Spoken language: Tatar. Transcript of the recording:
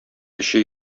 төче